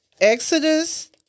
Exodus